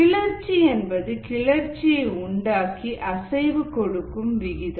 கிளர்ச்சி என்பது கிளர்ச்சியை உண்டாக்கி அசைவு கொடுக்கும் விகிதம்